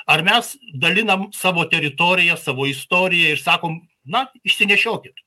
ar mes dalinam savo teritoriją savo istoriją ir sakom na išsinešiokit